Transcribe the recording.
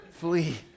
Flee